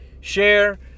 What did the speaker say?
share